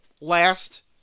Last